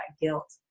guilt